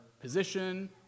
position